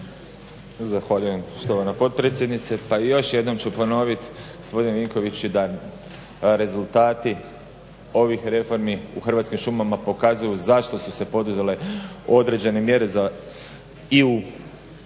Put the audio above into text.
Zahvaljujem štovana potpredsjednice. Pa još jednom ću ponoviti gospodine Vinković i dalje rezultati ovih reformi u Hrvatskim šumama pokazuju zašto su se poduzele određene mjere i u reorganizaciji